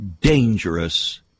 dangerous